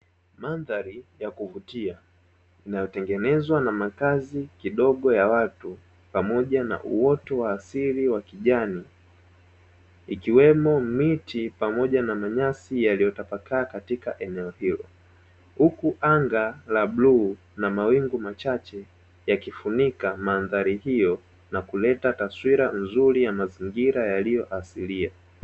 Mandhari ya kuvutia inayotengenezwa na makazi kidogo ya watu pamoja na uoto wa asili wa kijani, ikiwemo miti pamoja na manyasi yaliyotapakaa katika eneo hilo, huku anga la buluu na mawingu machache yakifunika mandhari hiyo na kuleta taswira nzuri ya mazingira yaliyo asilia.